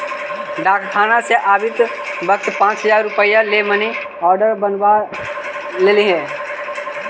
डाकखाना से आवित वक्त पाँच हजार रुपया ले मनी आर्डर बनवा लइहें